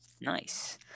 Nice